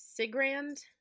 Sigrand